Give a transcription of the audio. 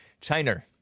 China